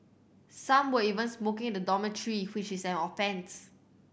some were even smoking in the dormitory which is an offence